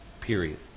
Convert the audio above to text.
Period